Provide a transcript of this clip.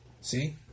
See